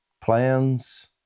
Plans